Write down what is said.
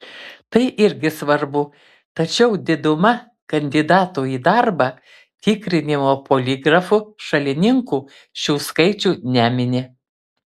tai irgi svarbu tačiau diduma kandidatų į darbą tikrinimo poligrafu šalininkų šių skaičių nemini